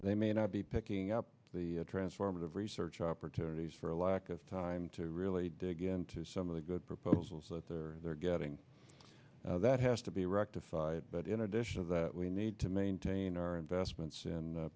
they may not be picking up the transformative research opportunities for a lack of time to really dig into some of the good proposals that they're they're getting that has to be rectified but in addition of that we need to maintain our investments